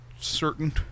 certain